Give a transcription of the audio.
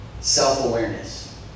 Self-awareness